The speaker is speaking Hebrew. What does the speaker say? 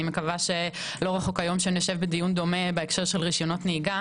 אני מקווה שלא רחוק היום שנשב בדיון דומה בהקשר של רשיונות נהיגה.